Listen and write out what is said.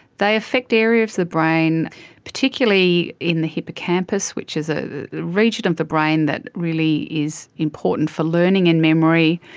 they affect areas of the brain particularly in the hippocampus, which is a region of the brain that really is important for learning and memory,